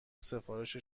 سفارش